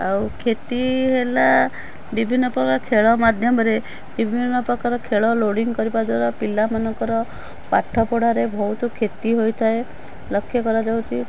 ଆଉ କ୍ଷତି ହେଲା ବିଭିନ୍ନ ପ୍ରକାର ଖେଳ ମାଧ୍ୟମରେ ବିଭିନ୍ନ ପ୍ରକାର ଖେଳ ଲୋଡିଙ୍ଗ କରିବା ଦ୍ୱାରା ପିଲାମାନଙ୍କର ପାଠପଢ଼ାରେ ବହୁତ କ୍ଷତି ହୋଇଥାଏ ଲକ୍ଷ୍ୟ କରାଯାଉଛି